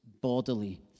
bodily